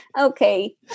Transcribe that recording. Okay